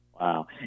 Wow